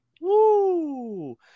Woo